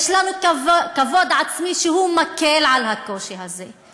יש לנו כבוד עצמי שמקל את הקושי הזה.